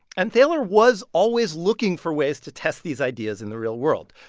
and thaler was always looking for ways to test these ideas in the real world.